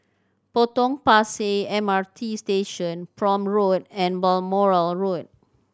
Potong Pasir M R T Station Prome Road and Balmoral Road